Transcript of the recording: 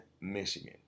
Michigan